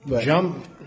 Jump